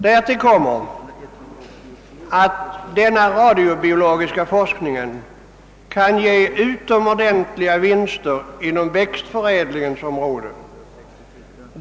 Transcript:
Därtill kommer att den radiobiologiska forskningen kan ge utomordentliga vinster på växtförädlingsområdet.